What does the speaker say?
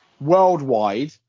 worldwide